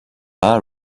are